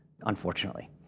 unfortunately